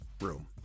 room